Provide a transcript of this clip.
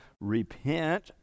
repent